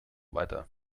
weiter